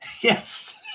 yes